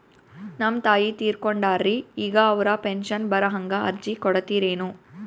ನಮ್ ತಾಯಿ ತೀರಕೊಂಡಾರ್ರಿ ಈಗ ಅವ್ರ ಪೆಂಶನ್ ಬರಹಂಗ ಅರ್ಜಿ ಕೊಡತೀರೆನು?